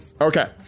Okay